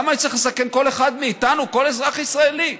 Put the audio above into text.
למה אני צריך לסכן כל אחד מאיתנו, כל אזרח ישראלי?